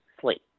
sleep